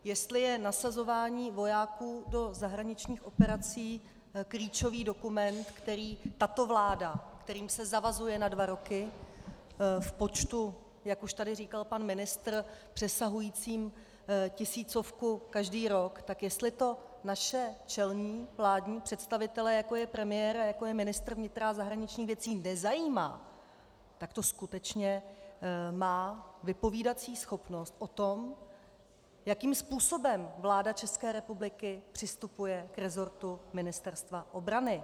Jestli je nasazování vojáků do zahraničních operací klíčový dokument, který tato vláda, kterým se zavazuje na dva roky v počtu, jak už tady říkal pan ministr, přesahujícím tisícovku každý rok, tak jestli to naše čelné vládní představitele, jako je premiér, jako je ministr vnitra a zahraničních věcí, nezajímá, tak to skutečně má vypovídací schopnost o tom, jakým způsobem vláda ČR přistupuje k resortu Ministerstva obrany.